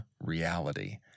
reality